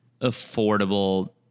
affordable